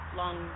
long